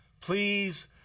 please